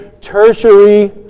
tertiary